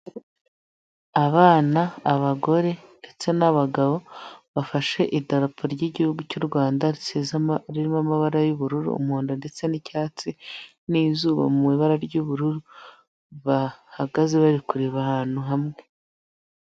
Abana, abagore ndetse n'abagabo, bafashe idarapo ry'igihugu cy'u Rwanda, ririmo amabara y'ubururu, umuhondo ndetse n'icyatsi n'izuba mu ibara ry'ubururu, bahagaze bari kureba ahantu hamwe.